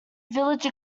village